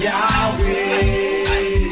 Yahweh